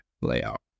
layout